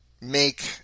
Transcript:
make